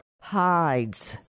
hides